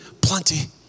plenty